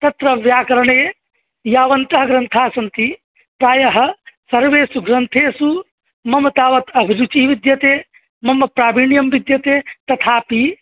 तत्र व्याकरणे यावन्तः ग्रन्थाः सन्ति प्रायः सर्वेसु ग्रन्थेसु मम तावत् अभिरुचिः विद्यते मम प्रावीण्यं विद्यते तथापि